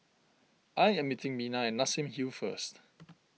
I am meeting Mina at Nassim Hill first